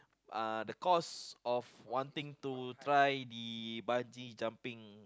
uh the cost of wanting to try the bungee jumping